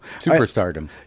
superstardom